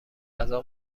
غذا